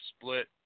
split